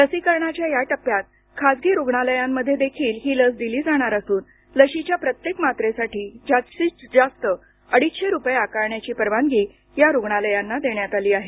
लसीकरणाच्या या टप्प्यात खासगी रुग्णालयांमध्येदेखील ही लस दिली जाणार असून लशीच्या प्रत्येक मात्रेसाठी जास्तीत जास्त अडीचशे रुपये आकारण्याची परवानगी या रुग्णालयांना देण्यात आली आहे